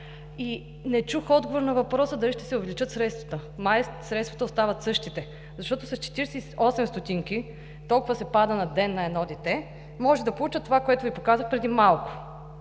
Не чух отговор на въпроса дали ще се увеличат средствата? Май средствата остават същите, защото с 48 стотинки – толкова се пада на ден на едно дете, може да получат това, което Ви показах преди малко.